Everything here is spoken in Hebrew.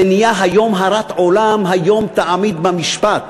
זה נהיה "היום הרת עולם היום יעמיד במשפט",